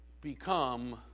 become